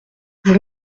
vous